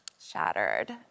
shattered